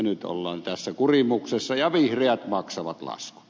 nyt ollaan tässä kurimuksessa ja vihreät maksavat laskun